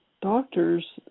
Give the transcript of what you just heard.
doctors